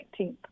19th